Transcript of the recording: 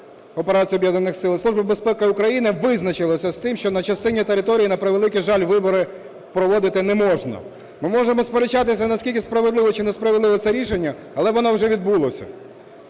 України визначилася з тим, що на частині території, на превеликий жаль, вибори проводити не можна. Ми можемо сперечатися, наскільки справедливе чи несправедливе це рішення, але воно вже відбулося.